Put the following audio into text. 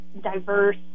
diverse